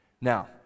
Now